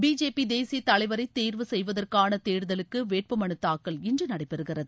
BJP தேசிய தலைவரை தேர்வு செய்வதற்கான தேர்தலுக்கு வேட்பு மனு தாக்கல் இன்று நடைபெறுகிறது